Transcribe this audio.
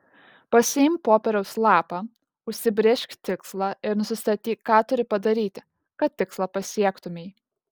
pasiimk popieriaus lapą užsibrėžk tikslą ir nusistatyk ką turi padaryti kad tikslą pasiektumei